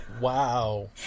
Wow